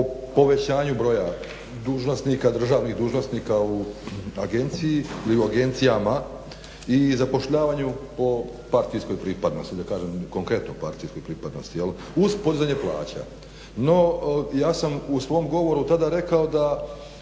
povećanju broja dužnosnika, državnih dužnosnika u agenciji ili agencijama i zapošljavanju po partijskoj pripadnosti, da kažem konkretno partijskoj pripadnosti, jel uz podizanje plaća. No ja sam u svom govoru tada rekao da